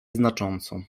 znacząco